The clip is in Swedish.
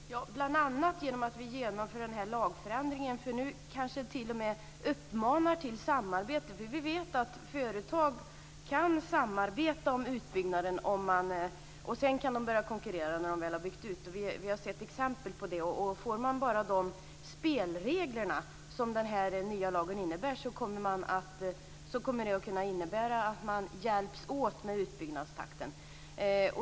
Fru talman! Bl.a. genom att vi genomför denna lagförändring. Det kanske t.o.m. uppmanar till samarbete. Vi vet nämligen att företag kan samarbeta om utbyggnaden. Och sedan kan de börja konkurrera när de väl har gjort en utbyggnad. Vi har sett exempel på det. Om de bara får de spelregler som denna nya lag innebär kommer det att kunna innebära att de hjälps åt med utbyggnadstakten.